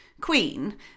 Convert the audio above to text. Queen